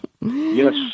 Yes